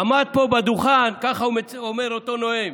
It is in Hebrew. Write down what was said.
עמד פה בדוכן, ככה אומר אותו נואם,